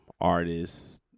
artists